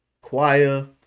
choir